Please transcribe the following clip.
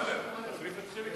השר צחי הנגבי,